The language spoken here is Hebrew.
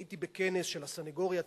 הייתי בכנס של הסניגוריה הציבורית,